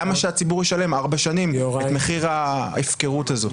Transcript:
למה שהציבור ישלם ארבע שנים את מחיר ההפקרות הזאת?